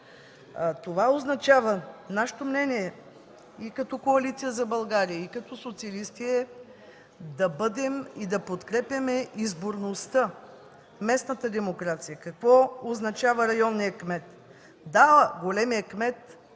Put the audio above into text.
демокрация. Нашето мнение и като Коалиция за България, и като социалисти, е да подкрепяме изборността, местната демокрация. Какво означава районният кмет? Да, големият кмет на